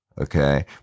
Okay